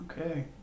okay